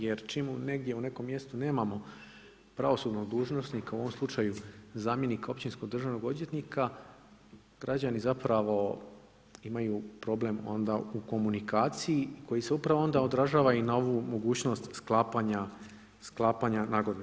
Jer čim negdje u nekom mjestu nemamo pravosudnog dužnosnika u ovom slučaju zamjenika općinskog državnog odvjetnika, građani zapravo imaju problem onda u komunikaciji koji se upravo onda odražava i na ovu mogućnost sklapanja nagodbe.